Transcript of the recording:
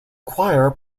choir